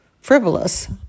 frivolous